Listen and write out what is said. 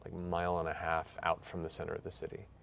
mile and a half out from the center of the city,